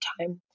time